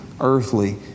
earthly